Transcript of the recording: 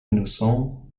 innocent